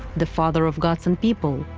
the father of gods and people,